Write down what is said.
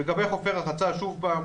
לגבי חופי רחצה, שוב פעם,